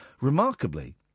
Remarkably